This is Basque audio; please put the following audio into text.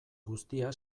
guztia